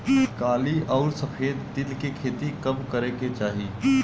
काली अउर सफेद तिल के खेती कब करे के चाही?